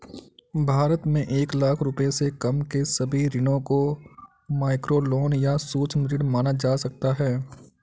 भारत में एक लाख रुपए से कम के सभी ऋणों को माइक्रोलोन या सूक्ष्म ऋण माना जा सकता है